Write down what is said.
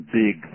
big